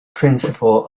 principle